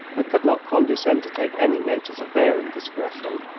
i could not condescend to take any notice of their indiscretion.